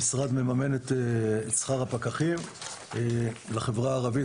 המשרד מממן את שכר הפקחים לחברה הערבית.